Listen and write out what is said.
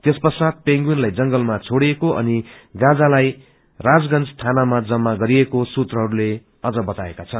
त्यसपश्चात् पेन्गुइनलाई जंगलमा छोड़िएको अनि गांजालाई राजगंज थानामा जमा गरिएको सूत्रजहरूले अझ बताएका छन्